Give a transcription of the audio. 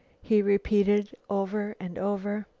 he repeated over and over.